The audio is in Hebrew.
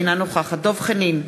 אינה נוכחת דב חנין,